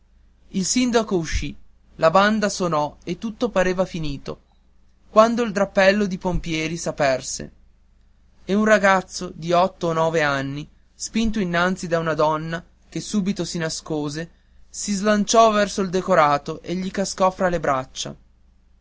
il sindaco uscì la banda sonò e tutto parea finito quando il drappello dei pompieri s'aperse e un ragazzo di otto o nove anni spinto innanzi da una donna che subito si nascose si slanciò verso il decorato e gli cascò fra le braccia